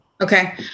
Okay